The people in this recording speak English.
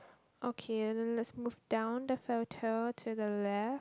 okay then let's move down the photo to the left